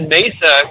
Mesa